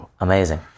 Amazing